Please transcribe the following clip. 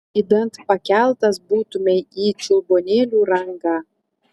idant pakeltas būtumei į čiulbuonėlių rangą